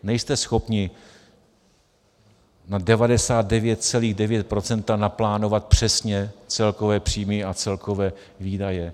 Nejste schopni na 99,9 % naplánovat přesně celkové příjmy a celkové výdaje.